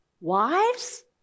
Wives